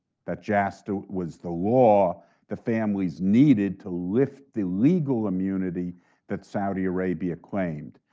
that jasta was the law the families needed to lift the legal immunity that saudi arabia claimed.